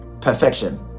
Perfection